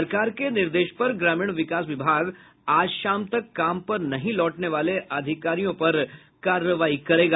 सरकार के निर्देश पर ग्रामीण विकास विभाग आज शाम तक काम पर नहीं लौटने वाले अधिकारियों पर कार्रवाई करेगी